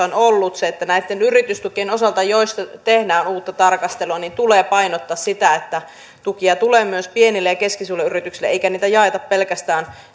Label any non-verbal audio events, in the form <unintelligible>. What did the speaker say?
<unintelligible> on ollut se että näitten yritystukien osalta joista tehdään uutta tarkastelua tulee painottaa sitä että tukia tulee myös pienille ja keskisuurille yrityksille eikä niitä jaeta pelkästään